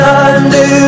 undo